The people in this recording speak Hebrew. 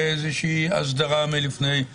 החוק הסעיף הזה נכנס בתחילה מאוחרת בשני מובנים שונים.